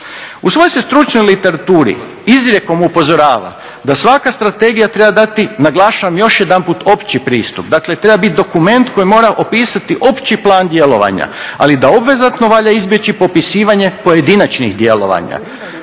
U svoj se stručnoj literaturi izrijekom upozorava da svaka strategija treba dati, naglašavam još jedanput, opći pristup, dakle treba biti dokument koji mora opisati opći plan djelovanja, ali da obvezatno valja izbjeći popisivanje pojedinačnih djelovanja.